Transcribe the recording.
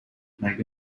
مگه